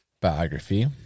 biography